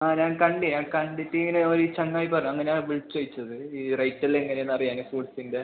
ആ ഞാൻ കണ്ട് ഞാൻ കണ്ടിട്ട് എന്നോട് ചങ്ങായി പറഞ്ഞ് അങ്ങനാണ് വിളിച്ച് ചോദിച്ചത് ഈ റേറ്റെല്ലം എങ്ങനെയാന്ന് അറിയാൻ ഫ്രൂട്ട്സിൻ്റെ